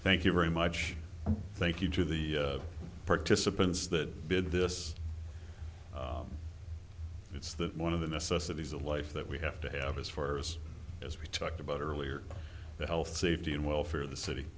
thank you very much thank you to the participants that did this it's that one of the necessities of life that we have to have is for us as we talked about earlier the health safety and welfare of the city